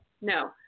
no